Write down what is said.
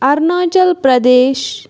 Arunachal Pradesh